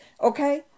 okay